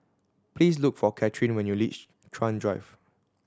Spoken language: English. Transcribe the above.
please look for Cathrine when you reach Chuan Drive